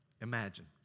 imagine